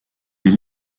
est